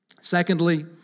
Secondly